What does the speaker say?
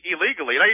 illegally